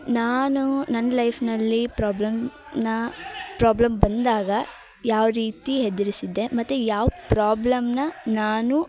ನಾನು ನನ್ನ ಲೈಫ್ನಲ್ಲಿ ಪ್ರಾಬ್ಲಮ್ ನಾ ಪ್ರಾಬ್ಲಮ್ ಬಂದಾಗ ಯಾವ ರೀತಿ ಹೆದ್ರಿಸಿದ್ದೆ ಮತ್ತು ಯಾವ ಪ್ರಾಬ್ಲಮ್ನ ನಾನು